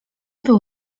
był